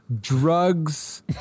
drugs